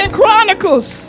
Chronicles